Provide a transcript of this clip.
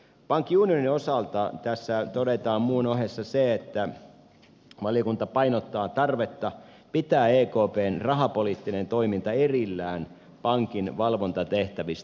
pankkiunionin osalta tässä todetaan muun ohessa se että valiokunta painottaa tarvetta pitää ekpn rahapoliittinen toiminta erillään pankin valvontatehtävistä